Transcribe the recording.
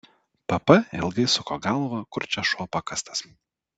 pp ilgai suko galvą kur čia šuo pakastas